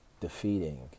defeating